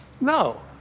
No